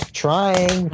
trying